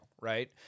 right